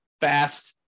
fast